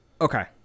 Okay